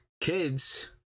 kids